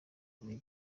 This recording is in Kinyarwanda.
buri